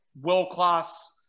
world-class